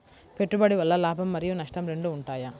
పెట్టుబడి వల్ల లాభం మరియు నష్టం రెండు ఉంటాయా?